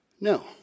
No